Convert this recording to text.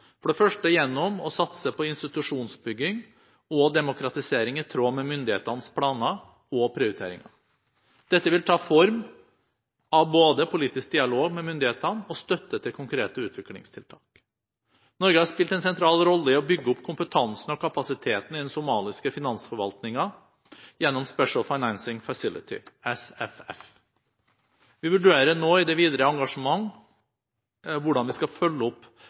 for det første gjennom å satse på institusjonsbygging og demokratisering i tråd med myndighetenes planer og prioriteringer. Dette vil ta form av både politisk dialog med myndighetene og støtte til konkrete utviklingstiltak. Norge har spilt en sentral rolle i å bygge opp kompetansen og kapasiteten i den somaliske finansforvaltningen gjennom Special Financing Facility, SFF. Vi vurderer nå i det videre engasjementet hvordan vi skal følge opp